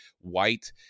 white